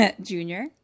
Junior